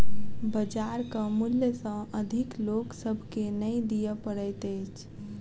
बजारक मूल्य सॅ अधिक लोक सभ के नै दिअ पड़ैत अछि